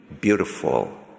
beautiful